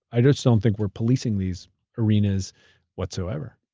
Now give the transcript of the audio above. i just don't think we're policing these arenas whatsoever.